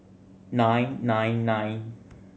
nine nine nine